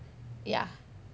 ya